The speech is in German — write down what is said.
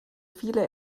viele